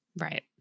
Right